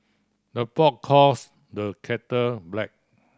the pot calls the kettle black